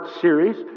series